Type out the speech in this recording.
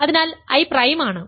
അതിനാൽ I prime ആണ്